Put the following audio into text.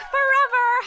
Forever